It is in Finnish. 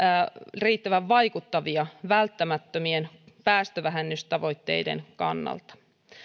riittävän vaikuttavia välttämättömien päästövähennystavoitteiden kannalta